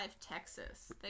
Texas